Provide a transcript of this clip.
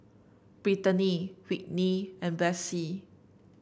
Brittanie Whitney and Blaise